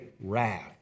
wrath